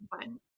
fine